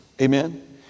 amen